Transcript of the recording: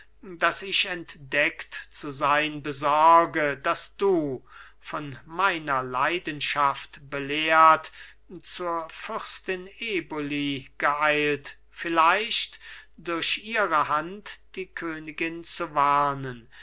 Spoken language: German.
daß ich entdeckt zu sein besorge daß du von meiner leidenschaft belehrt zur fürstin eboli geeilt vielleicht durch ihre hand die königin zu warnen